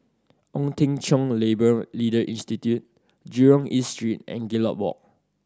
Ong Teng Cheong Labour Leader Institute Jurong East Street and Gallop Walk